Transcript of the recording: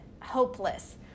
hopeless